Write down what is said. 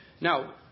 Now